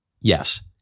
Yes